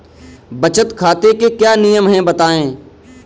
बचत खाते के क्या नियम हैं बताएँ?